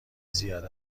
زیاد